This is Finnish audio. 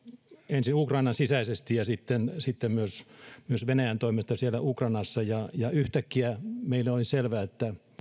ensin ukrainan sisäisesti ja sitten sitten myös myös venäjän toimesta siellä ukrainassa ja ja yhtäkkiä meille oli selvää että